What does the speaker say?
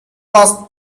was